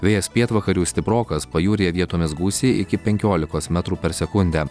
vėjas pietvakarių stiprokas pajūryje vietomis gūsiai iki penkiolikos metrų per sekundę